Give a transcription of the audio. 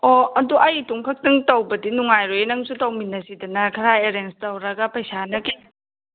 ꯑꯣ ꯑꯗꯨ ꯑꯩ ꯏꯇꯣꯝ ꯈꯛꯇꯪ ꯇꯧꯕꯗꯤ ꯅꯨꯡꯉꯥꯏꯔꯣꯏꯌꯦ ꯅꯪꯁꯨ ꯇꯧꯃꯤꯟꯅꯁꯤꯗꯅ ꯈꯔ ꯑꯦꯔꯦꯟꯁ ꯇꯧꯔꯒ ꯄꯩꯁꯥꯅ ꯀꯌꯥ